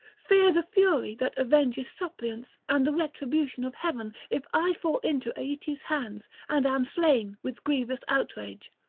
fear the fury that avenges suppliants and the retribution of heaven, if i fall into aeetes' hands and am slain with grievous outrage.